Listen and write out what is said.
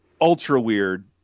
ultra-weird